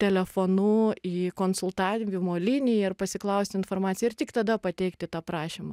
telefonu į konsultavimo liniją ir pasiklausti informaciją ir tik tada pateikti tą prašymą